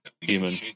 human